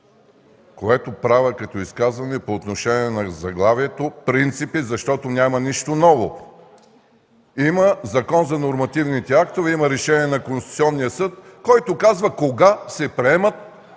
което правя като изказване по отношение на заглавието – принципи, защото няма нищо ново. Има Закон за нормативните актове, има решение на Конституционния съд, който казва кога се приемат